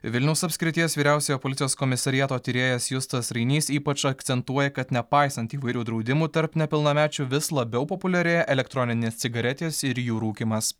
vilniaus apskrities vyriausiojo policijos komisariato tyrėjas justas rainys ypač akcentuoja kad nepaisant įvairių draudimų tarp nepilnamečių vis labiau populiarėja elektroninės cigaretės ir jų rūkymas